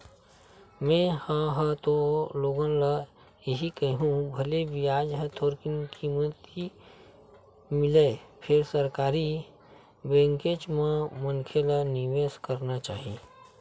में हा ह तो लोगन ल इही कहिहूँ भले बियाज ह थोरकिन कमती मिलय फेर सरकारी बेंकेच म मनखे ल निवेस करना चाही